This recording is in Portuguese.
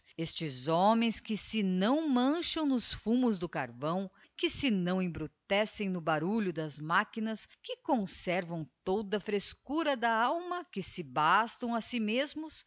estes homens que se não mancham nos fumos do carvão que se não embrutecem no barulho das machinas que conservam toda a frescura da alma que se bastam a si mesmos